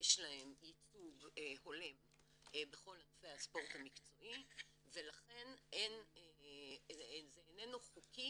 יש להם ייצוג הולם בכל ענפי הספורט המקצועי ולכן זה איננו חוקי